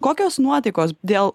kokios nuotaikos dėl